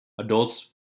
Adults